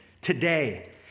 today